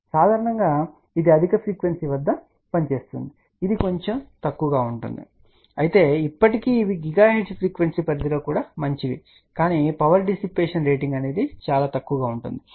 కాబట్టి సాధారణంగా ఇది అధిక ఫ్రీక్వెన్సీ వద్ద పనిచేస్తుంది ఇది కొంచెం తక్కువగా ఉంటుంది అయితే ఇప్పటికీ ఇవి GHz ఫ్రీక్వెన్సీ పరిధిలో కూడా మంచివి కాని పవర్ డిసిప్పేషన్ రేటింగ్ చాలా తక్కువ గా ఉంటుంది